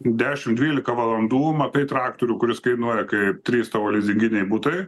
dešim dvylika valandų matai traktorių kuris kainuoja kaip trys tavo lizinginiai butai